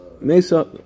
mesa